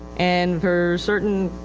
and for certain,